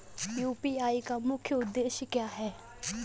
UPI का मुख्य उद्देश्य क्या है?